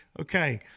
Okay